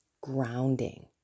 grounding